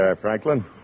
Franklin